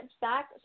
back